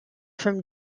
from